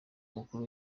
umukuru